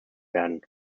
werden